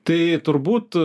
tai turbūt